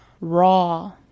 raw